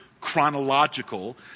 chronological